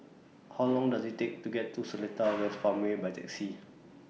How Long Does IT Take to get to Seletar West Farmway By Taxi